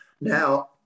Now